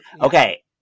Okay